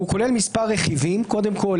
הוא כולל מספר רכיבים: קודם כול,